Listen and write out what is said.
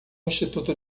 instituto